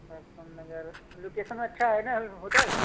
दर्शन Nagar location अच्छा है ना होटल